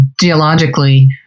geologically